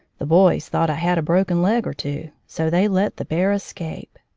the boys thought i had a broken leg or two, so they let the bear escape.